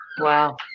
Wow